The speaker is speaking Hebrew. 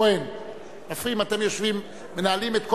נוגעת גם